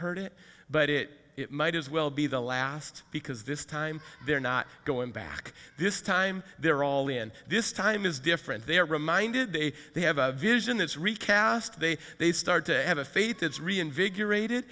heard it but it might as well be the last because this time they're not going back this time they're all in this time is different they are reminded they they have a vision that's recast they they start to have a faith it's reinvigorate